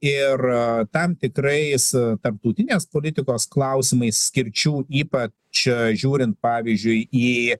ir tam tikrais tarptautinės politikos klausimais skirčių ypač žiūrint pavyzdžiui į